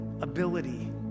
ability